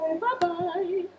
Bye-bye